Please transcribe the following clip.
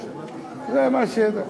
עשר דקות.